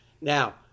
Now